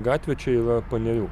gatvė čia yra panerių